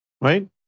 right